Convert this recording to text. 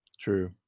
True